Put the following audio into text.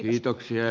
kiitoksia